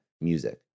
music